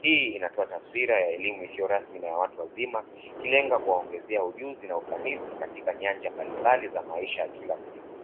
hii itoa taswira ya elimu isiyo rasmi na ya watu wazima ikilenga kuwaongezea ujuzi na ufanisi katika nyanja mbalimbali za maisha ya kila siku.